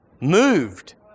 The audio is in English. moved